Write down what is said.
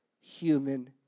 human